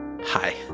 Hi